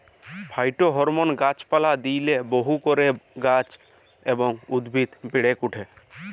phytohormone গাছ পালায় দিইলে বহু করে গাছ এবং উদ্ভিদ বেড়েক ওঠে